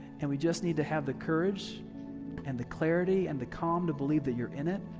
and we just need to have the courage and the clarity and the calm to believe that you're in it,